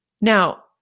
Now